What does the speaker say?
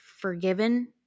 forgiven